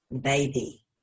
baby